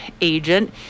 agent